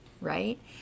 Right